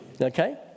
Okay